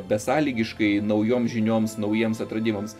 besąlygiškai naujom žinioms naujiems atradimams